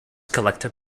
collected